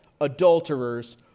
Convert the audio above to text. adulterers